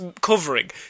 covering